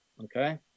Okay